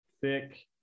thick